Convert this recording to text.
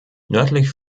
nördlich